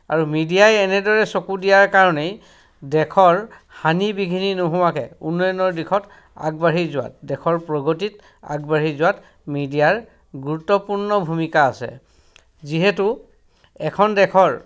আৰু মিডিয়াই এনেদৰে চকু দিয়াৰ কাৰণেই দেশৰ হানি বিঘিনি নোহোৱাকৈ উন্নয়নৰ দিশত আগবাঢ়ি যোৱাত দেশৰ প্ৰগতিত আগবাঢ়ি যোৱাত মিডিয়াৰ গুৰুত্বপূৰ্ণ ভূমিকা আছে যিহেতু এখন দেশৰ